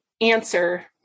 answer